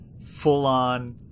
full-on